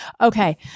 Okay